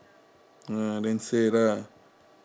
ah then say lah